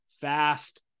fast